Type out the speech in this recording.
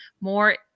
more